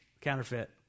counterfeit